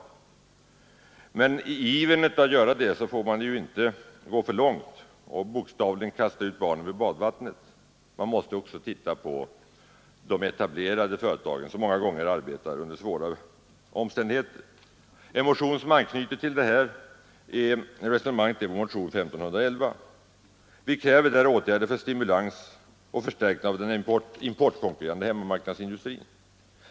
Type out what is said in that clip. Men i ivern att göra det får man inte gå för långt och bokstavligen kasta ut barnet med badvattnet. Man måste också se på de etablerade företagen som många gånger arbetar under svåra omständigheter. Motionen 1511 anknyter till detta resonemang. Vi kräver i den åtgärder för stimulans och förstärkning av den importkonkurrerande hemmamarknadsindustrin.